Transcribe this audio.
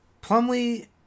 Plumley